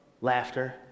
laughter